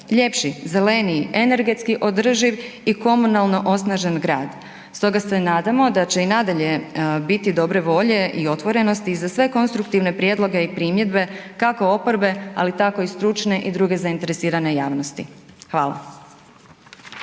ljepši, zeleniji, energetski održiv i komunalno osnažen grad. Stoga se nadamo da će i nadalje biti dobre volje i otvorenosti i za sve konstruktivne prijedloge i primjedbe kako oporbe, ali tako i stručne i druge zainteresirane javnosti. Hvala.